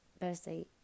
birthday